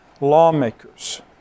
lawmakers